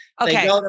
Okay